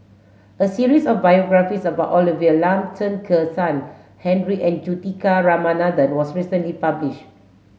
a series of biographies about Olivia Lum Chen Kezhan Henri and Juthika Ramanathan was recently publish